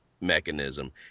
mechanism